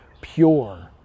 pure